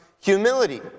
humility